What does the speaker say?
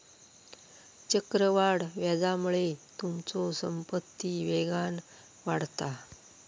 चक्रवाढ व्याजामुळे तुमचो संपत्ती वेगान वाढता